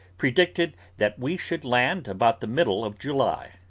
predicted that we should land about the middle of july.